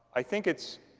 i think it's